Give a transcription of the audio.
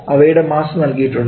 അവയുടെ മാസ്സ് നൽകിയിട്ടുണ്ട്